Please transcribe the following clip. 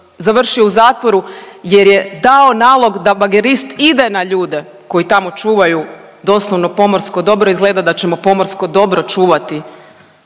završio u zatvoru jer je dao nalog da bagerist ide na ljude koji tamo čuvaju doslovno pomorsko dobro. Izgleda da ćemo pomorsko dobro čuvati